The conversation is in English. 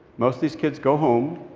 most of these kids go home,